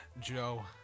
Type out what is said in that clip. Joe